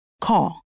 Call